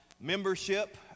membership